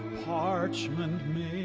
parchment